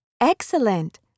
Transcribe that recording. Excellent